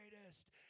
greatest